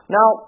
Now